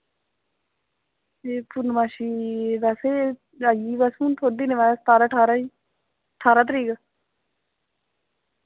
एह् पूर्णमाशी वैसे आई गेई बस हून थोह्ड़े दिनें बाद सतारां ठारां गी ठारां तरीक